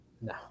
No